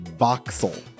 voxel